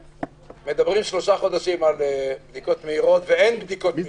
מדברים שלושה חודשים על בדיקות מהירות ואין בדיקות מהירות,